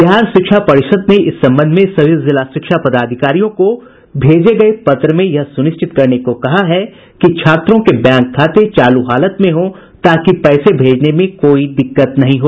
बिहार शिक्षा परिषद ने इस संबंध में सभी जिला शिक्षा पदाधिकारियों को भेजे गये पत्र में यह सुनिश्चित करने को कहा है कि छात्रों के बैंक खाते चालू हालत में हों ताकि पैसे भेजने में कोई दिक्कत नहीं हो